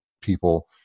people